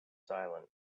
silent